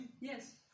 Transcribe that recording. Yes